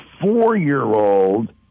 four-year-old